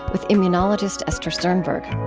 with immunologist esther sternberg